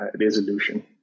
resolution